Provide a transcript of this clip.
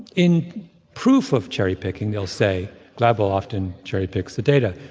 in proof of cherry-picking, they'll say gladwell often cherry-picks the data.